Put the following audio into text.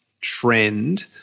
trend